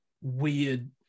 weird